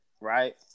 right